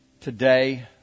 today